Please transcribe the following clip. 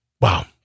Wow